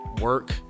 work